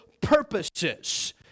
purposes